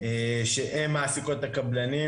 שהן מעסיקות את הקבלנים,